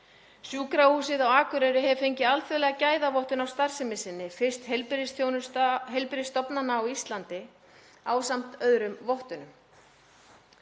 Sjúkrahúsið á Akureyri hefur fengið alþjóðlega gæðavottun á starfsemi sinni, fyrst heilbrigðisstofnana á Íslandi ásamt öðrum vottunum.